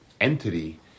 entity